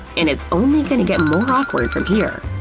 and it's only gonna get more awkward from here.